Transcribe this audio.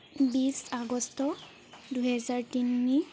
বিছ আগষ্ট দুহেজাৰ তিনি